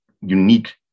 unique